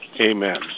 Amen